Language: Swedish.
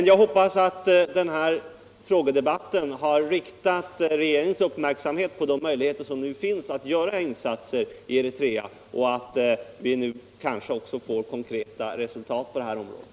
Jag hoppas att denna frågedebatt har riktat regeringens uppmärksamhet på de möjligheter som i dag finns att göra insatser i Eritrea, och att vi nu kanske också får konkreta resultat på detta område.